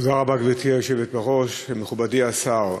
תודה רבה, גברתי היושבת בראש, מכובדי השר,